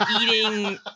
eating